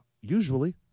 usually